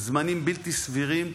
זמנים בלתי סבירים,